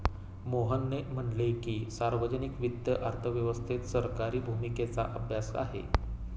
मोहन म्हणाले की, सार्वजनिक वित्त अर्थव्यवस्थेत सरकारी भूमिकेचा अभ्यास आहे